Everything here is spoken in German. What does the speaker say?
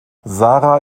sarah